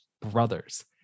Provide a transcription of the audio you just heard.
Brothers